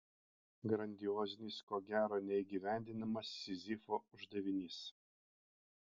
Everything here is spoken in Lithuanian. grandiozinis ko gero neįgyvendinamas sizifo uždavinys